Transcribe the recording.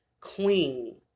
Queen